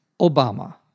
Obama